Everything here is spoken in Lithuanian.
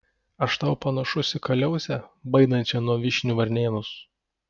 aš tau panašus į kaliausę baidančią nuo vyšnių varnėnus